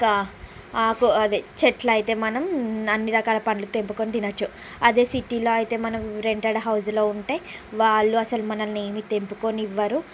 కా ఆకు అదే చెట్లు అయితే మనం అన్నీ రకాల పండ్లు తెంపుకుని తినొచ్చు అదే సిటీలో అయితే మనం రెంటెడ్ హౌజ్లో ఉంటే వాళ్ళు అసలు మనల్ని ఏమీ తెంపుకోనివ్వరు